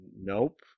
Nope